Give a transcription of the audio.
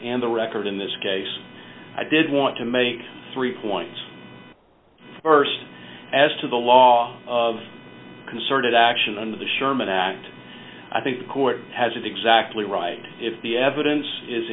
and the record in this case i did want to make three points first as to the last concerted action under the sherman act i think the court has it exactly right if the evidence is